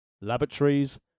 Laboratories